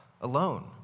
alone